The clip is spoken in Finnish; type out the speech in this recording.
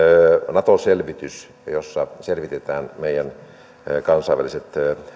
nato selvitys jossa selvitetään meidän mahdolliset kansainväliset